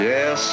Yes